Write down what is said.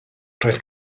roedd